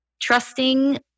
Trusting